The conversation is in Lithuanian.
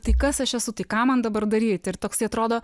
tai kas aš esu tai ką man dabar daryt ir toksai atrodo